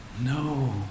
No